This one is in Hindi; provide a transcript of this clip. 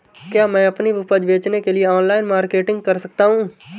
क्या मैं अपनी उपज बेचने के लिए ऑनलाइन मार्केटिंग कर सकता हूँ?